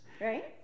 Right